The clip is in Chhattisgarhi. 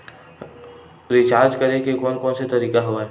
रिचार्ज करे के कोन कोन से तरीका हवय?